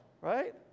right